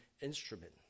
instrument